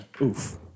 oof